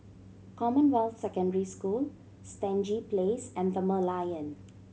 Commonwealth Secondary School Stangee Place and The Merlion